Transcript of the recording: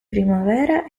primavera